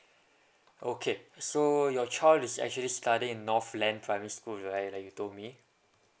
okay so your child is actually studying in northland primary school right like you told me